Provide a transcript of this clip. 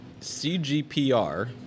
CGPR